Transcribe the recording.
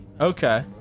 Okay